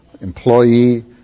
employee